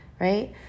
right